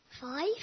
Five